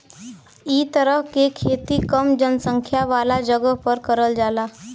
इ तरह के खेती कम जनसंख्या वाला जगह पर करल जाला